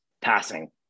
passing